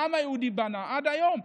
שהעם היהודי בנה עד היום.